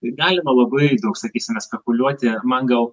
galima labai daug sakysime spekuliuoti man gal